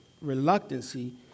reluctancy